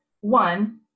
one